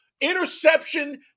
interception